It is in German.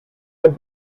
ein